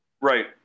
Right